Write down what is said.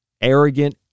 arrogant